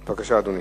בבקשה, אדוני.